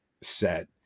set